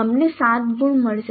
અમને 7 ગુણ મળશે